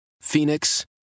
Phoenix